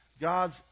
God's